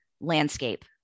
landscape